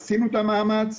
עשינו את המאמץ,